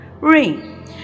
rain